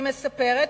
היא מספרת,